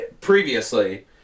previously